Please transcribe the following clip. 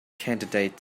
candidates